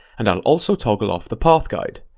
and i'll also toggle off the path guide.